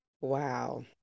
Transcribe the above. Wow